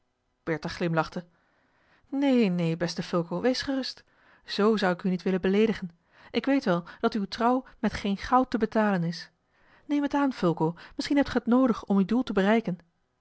bertha glimlachte neen neen beste fulco wees gerust z zou ik u niet willen beleedigen ik weet wel dat uwe trouw met geen goud te betalen is neem het aan fulco misschien hebt ge het noodig om uw doel te bereiken